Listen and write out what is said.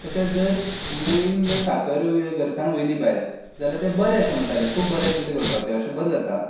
तशेंच जर मुयेन जर साकर घरसान व्हेली भायर जाल्यार तें बरें अशें म्हणटालें खूब बरें कितें घडपाचें अशें बरें जाता